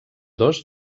dos